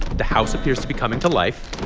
the house appears to be coming to life